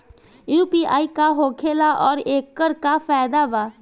UPI का होखेला आउर एकर का फायदा बा?